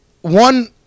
one